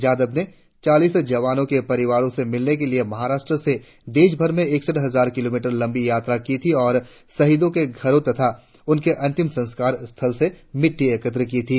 जाधव ने चालीस जवानों के परिवारों से मिलने के लिए महाराष्ट्र से देशभर में इकसठ हजार किलोमीटर लंबी यात्रा की थी और शहीदों के घरों तथा उनके अंतिम संस्कार स्थल से मिटटी एकत्र की थी